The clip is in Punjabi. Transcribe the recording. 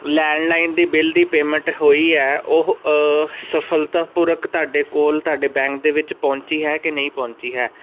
ਲੈਂਡਲਾਈਨ ਦੀ ਬਿੱਲ ਦੀ ਪੇਮੈਂਟ ਹੋਈ ਹੈ ਉਹ ਸਫਲਤਾ ਪੂਰਵਕ ਤੁਹਾਡੇ ਕੋਲ ਤੁਹਾਡੇ ਬੈਂਕ ਦੇ ਵਿੱਚ ਪਹੁੰਚੀ ਹੈ ਕਿ ਨਹੀਂ ਪਹੁੰਚੀ ਹੈ